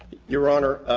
your honor,